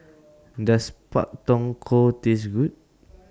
Does Pak Thong Ko Taste Good